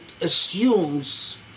assumes